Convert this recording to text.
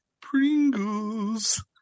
Pringles